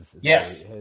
Yes